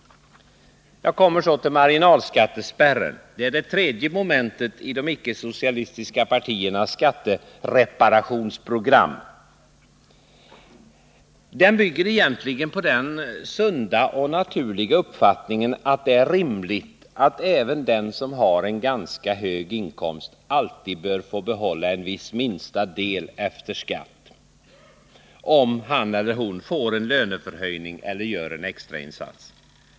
Så till frågan om marginalskattespärren som är det tredje momentet i de icke-socialistiska partiernas skattereparationsprogram. Den bygger egentligen på den sunda och naturliga uppfattningen, att det är rimligt att även den som har en ganska hög inkomst alltid bör få behålla en viss minsta del efter skatt, om han/hon får en löneförhöjning eller gör en extra insats.